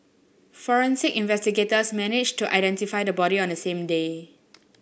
forensic investigators managed to identify the body on the same day